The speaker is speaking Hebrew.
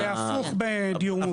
והפוך בדיור מוגן.